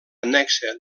annexa